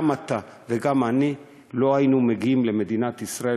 גם אתה וגם אני לא היינו מגיעים למדינת ישראל